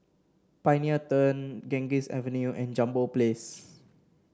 Pioneer Turn Ganges Avenue and Jambol Place